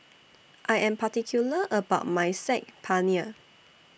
I Am particular about My Saag Paneer